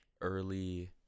early